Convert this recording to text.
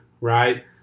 Right